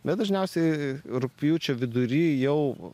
bet dažniausiai rugpjūčio vidury jau